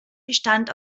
bestand